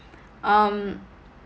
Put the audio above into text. um